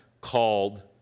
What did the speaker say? called